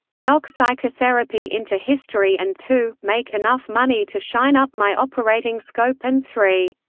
knock psychotherapy into history and two. make enough money to shine up my operating scope and three.